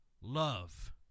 love